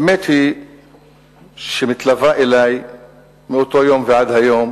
האמת היא שמתלווה אלי מאותו יום ועד היום